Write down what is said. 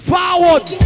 Forward